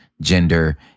Gender